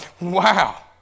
wow